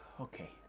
Okay